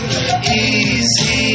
easy